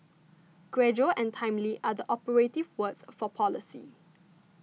gradual and timely are the operative words for policy